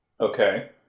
Okay